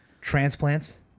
Transplants